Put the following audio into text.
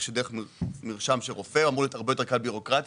של מרשם של רופא אמור להיות הרבה יותר קל בירוקרטית,